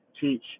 teach